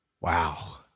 Wow